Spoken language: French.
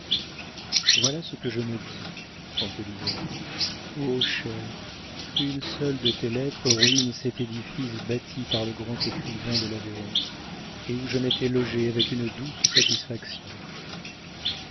voilà ce que je me dis en te lisant oh chère une seule de tes lettres ruine cet édifice bâti par le grand écrivain de l'aveyron et où je m'étais logée avec une douce satisfaction